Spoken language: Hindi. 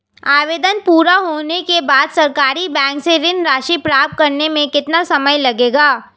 आवेदन पूरा होने के बाद सरकारी बैंक से ऋण राशि प्राप्त करने में कितना समय लगेगा?